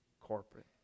corporate